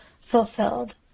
fulfilled